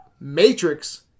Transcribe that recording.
Matrix